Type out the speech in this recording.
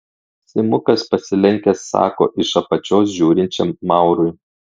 simukas pasilenkęs sako iš apačios žiūrinčiam maurui